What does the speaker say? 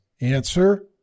Answer